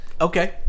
Okay